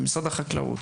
משרד החקלאות,